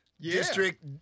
District